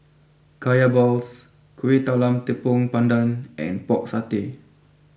Kaya Balls Kuih Talam Tepong Pandan and Pork Satay